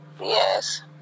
Yes